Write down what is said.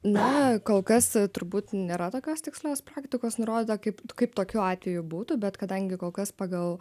na kol kas turbūt nėra tokios tikslios praktikos nurodyta kaip kaip tokiu atveju būtų bet kadangi kol kas pagal